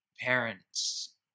parents